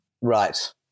Right